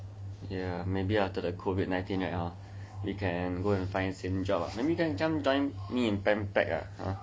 ya ah maybe after the COVID nineteen right ah we can go and find same job lah hor maybe next time ah join me in Pan Pac ah